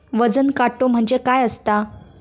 वजन काटो म्हणजे काय असता?